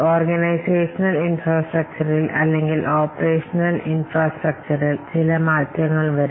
organisational ഇൻഫ്രാസ്ട്രക്ചറിൽ organisational ഘടനയിൽ അല്ലെങ്കിൽ പ്രവർത്തന ഇൻഫ്രാസ്ട്രക്ചറിൽ ചില മാറ്റങ്ങൾ ഉണ്ടാകാം